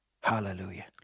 Hallelujah